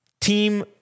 team